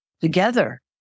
together